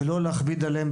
ולא להכביד עליהם,